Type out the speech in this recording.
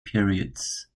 periods